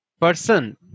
person